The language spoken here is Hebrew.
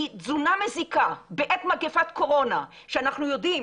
כי תזונה מזיקה בעת מגפת קורונה שאנחנו יודעים